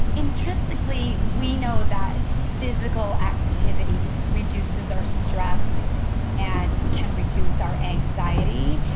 intrinsically we know that physical activity reduces our stress and can reduce our anxiety.